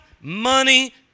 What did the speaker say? money